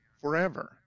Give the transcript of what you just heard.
forever